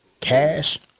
cash